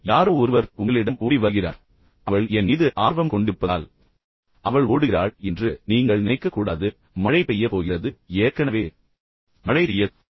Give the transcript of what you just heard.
எனவே யாரோ ஒருவர் உங்களிடம் ஓடி வருகிறார் எனவே அவள் என் மீது ஆர்வம் கொண்டிருப்பதால் அவள் ஓடுகிறாள் என்று நீங்கள் நினைக்கக்கூடாது எனவே மழை பெய்யப் போகிறது ஏற்கனவே மழை பெய்யத் தொடங்கியுள்ளது அவள் நனைய விரும்பவில்லை